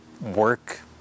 work